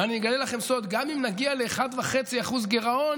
ואני אגלה לכם סוד: גם אם נגיע ל-1.5% גירעון,